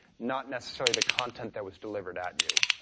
not necessarily the content that was delivered at you,